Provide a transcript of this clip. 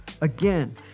Again